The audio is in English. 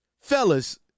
Fellas